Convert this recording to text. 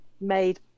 made